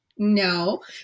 No